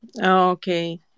okay